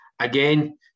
Again